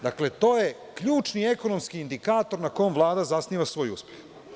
Dakle, to je ključni ekonomski indikator na kom Vlada zasniva svoj uspeh.